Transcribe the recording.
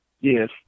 Yes